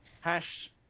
hash